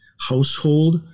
household